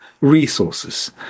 resources